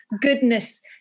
goodness